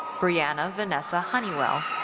brianna vanessa honeywell.